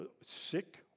sick